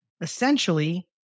essentially